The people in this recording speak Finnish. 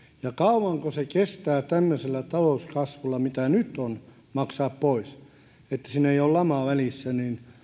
ja kauanko se kestää tämmöisellä talouskasvulla mitä nyt on maksaa pois niin että siinä ei ole lamaa välissä